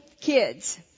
kids